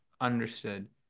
understood